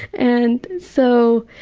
and so,